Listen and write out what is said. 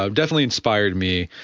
ah definitely inspired me,